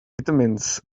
vitamins